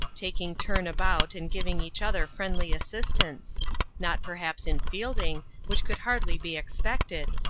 taking turn about and giving each other friendly assistance not perhaps in fielding, which could hardly be expected,